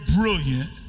brilliant